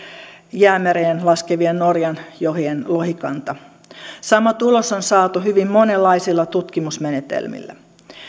jäämereen laskevien norjan jokien lohikanta sama tulos on saatu hyvin monenlaisilla tutkimusmenetelmillä